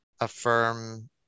affirm